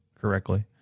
correctly